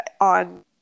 on